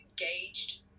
engaged